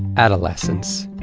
adolescence.